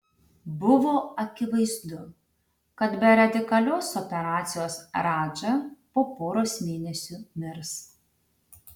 buvo akivaizdu kad be radikalios operacijos radža po poros mėnesių mirs